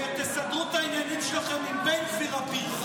יאללה.